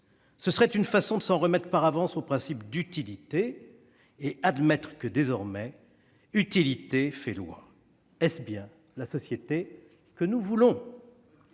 Ce serait une façon de s'en remettre par avance au principe d'utilité, admettre que désormais utilité fait loi. Est-ce bien la société que nous voulons ?